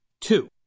Two